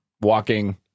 walking